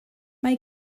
mae